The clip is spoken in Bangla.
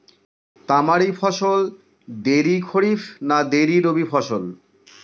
তামারি ফসল দেরী খরিফ না দেরী রবি ফসল?